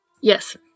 Yes